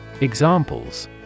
Examples